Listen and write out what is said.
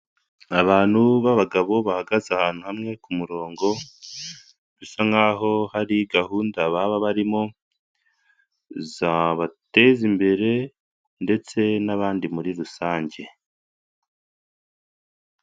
Abantu b'abagabo bahagaze ahantu hamwe ku murongo bisa nk'aho hari gahunda baba barimo zabateza imbere ndetse n'abandi muri rusange.